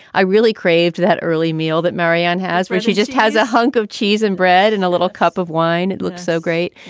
i really craved that early meal that marianne has where she just has a hunk of cheese and bread and a little cup of wine. it looks so great.